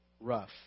rough